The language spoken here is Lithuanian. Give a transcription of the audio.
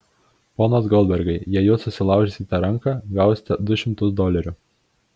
ponas goldbergai jei jūs susilaužysite ranką gausite du šimtus dolerių